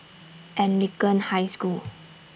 Anglican High School